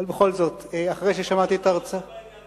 אבל בכל זאת, אחרי ששמעתי את ההרצאה, בעניין הזה.